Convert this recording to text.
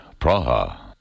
Praha